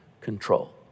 control